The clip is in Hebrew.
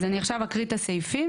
אז אני עכשיו אקריא את הסעיפים,